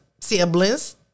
siblings